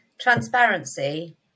Transparency